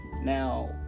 Now